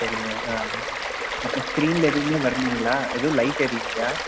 சரிங்க ஆ அப்புறம் ஸ்க்ரீனில் எதுவுமே வர்லைங்களா எதுவும் லைட் எரியலையா